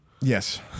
Yes